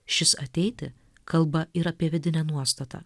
šis ateiti kalba ir apie vidinę nuostatą